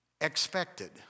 Expected